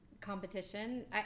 Competition